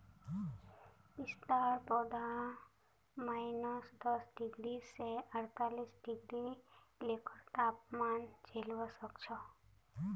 पिस्तार पौधा माइनस दस डिग्री स अड़तालीस डिग्री तकेर तापमान झेलवा सख छ